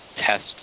test